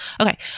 Okay